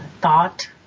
thought